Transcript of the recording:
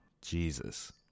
jesus